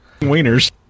Wieners